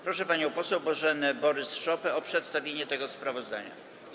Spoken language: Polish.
Proszę panią poseł Bożenę Borys-Szopę o przedstawienie tego sprawozdania.